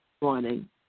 morning